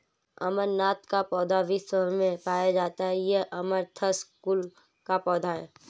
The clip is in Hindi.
अमरनाथ का पौधा विश्व् भर में पाया जाता है ये अमरंथस कुल का पौधा है